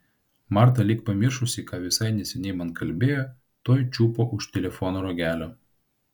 marta lyg pamiršusi ką visai neseniai man kalbėjo tuoj čiupo už telefono ragelio